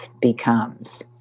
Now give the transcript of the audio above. becomes